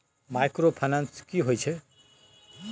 Microfinance की होय छै?